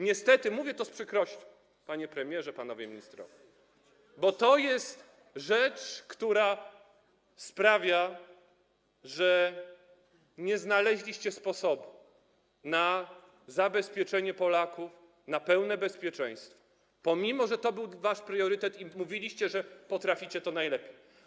Niestety mówię to z przykrością, panie premierze, panowie ministrowie, bo to jest rzecz, która sprawia, że nie znaleźliście sposobu na zabezpieczenie Polaków, na pełne bezpieczeństwo, pomimo że to był wasz priorytet i mówiliście, że potraficie to najlepiej.